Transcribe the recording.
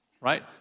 right